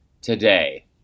today